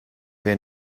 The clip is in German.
wer